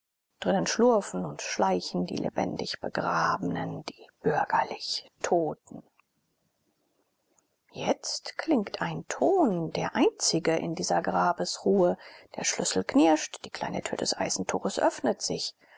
drinnen schlurfen und schleichen die lebendig begrabenen die bürgerlich toten jetzt klingt ein ton der einzige in dieser grabesruhe der schlüssel knirscht die kleine tür des eisentores öffnet sich